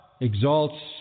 exalts